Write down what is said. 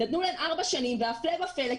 נתנו להם ארבע שנים והפלא ופלא,